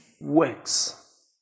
works